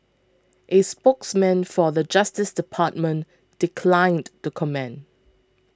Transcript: a spokesman for the Justice Department declined to comment